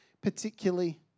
particularly